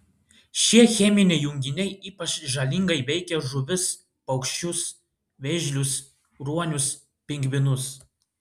šie cheminiai junginiai ypač žalingai veikia žuvis paukščius vėžlius ruonius pingvinus